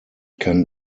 kann